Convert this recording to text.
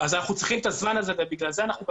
אנחנו צריכים את הזמן הזה ולכן אנחנו גם